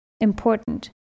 important